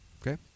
Okay